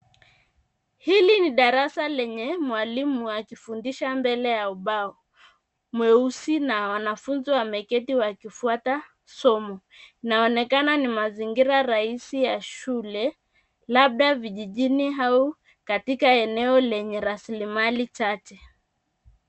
Hili ni darasa lenye mwalimu akifundisha mbele ya ubao mweusi, na wanafunzi wameketi wakifuata somo. Inaonekana ni mazingira rahisi ya shule, labda vijijini au katika eneo lenye rasilimali chache.